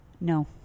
no